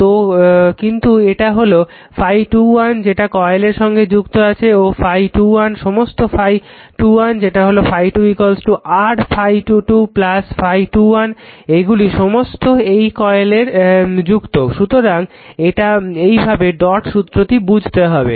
তো কিন্তু এটা হলো ∅21 যেটা কয়েলের সঙ্গে যুক্ত আছে ও ∅21 সমস্ত ∅21 যেটা হলো ∅2 r ∅22 ∅21 এইগুলি সমস্ত এই কয়েলে যুক্ত সুতরাং এইভাবে ডট সূত্রটি বুঝতে হবে